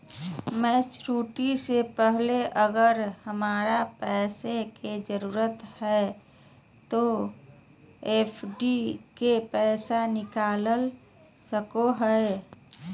Maturity से पहले अगर हमरा पैसा के जरूरत है तो एफडी के पैसा निकल सको है?